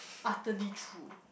utterly true